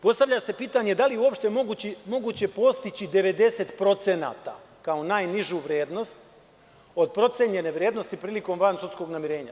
Postavlja se pitanje - da li je uopšte moguće postići 90%, kao najnižu vrednost od procenjene vrednosti prilikom vansudskog namirenja?